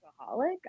alcoholic